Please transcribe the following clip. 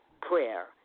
prayer